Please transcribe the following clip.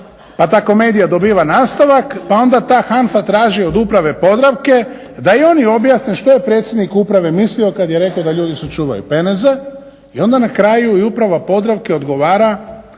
pa ta komedija dobiva nastavak, da onda ta HANFA traži od Uprave Podravke da i oni objasne što je predsjednik Uprave mislio kad je rekao da ljudi sačuvaju peneze. I onda na kraju i Uprava Podravke odgovara